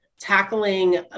tackling